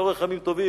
לאורך ימים טובים,